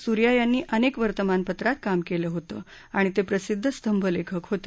सूर्या यांनी अनेक वर्तमानपत्रात काम केलं होतं आणि ते प्रसिद्ध स्तंभलेखक होते